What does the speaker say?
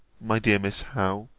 my dear miss howe,